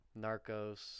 Narcos